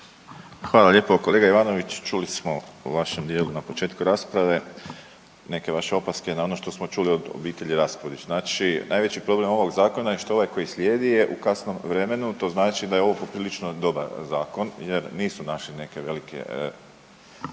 Hvala lijepo. Kolega Ivanović, čuli smo u vašem dijelu na početku rasprave neke vaše opaske na ono što smo čuli od obitelji Raspudić. Znači najveći problem ovog zakona je što ovaj koji slijedi je u kasnom vremenu, to znači da je ovo poprilično dobar zakon jer nisu našli neke velike